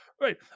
Right